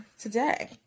today